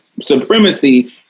supremacy